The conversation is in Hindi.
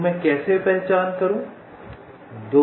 तो मैं कैसे पहचान करूं